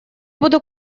буду